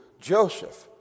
Joseph